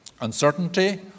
uncertainty